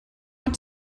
want